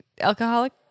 alcoholic